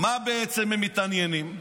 היה צריך להעמיד אותך